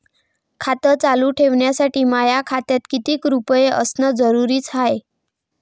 खातं चालू ठेवासाठी माया खात्यात कितीक रुपये असनं जरुरीच हाय?